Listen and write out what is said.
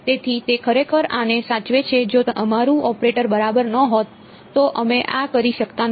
તેથી તે ખરેખર આને સાચવે છે જો અમારું ઓપરેટર બરાબર ન હોત તો અમે આ કરી શકતા નથી